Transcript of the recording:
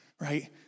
right